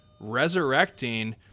resurrecting